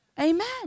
Amen